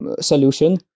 solution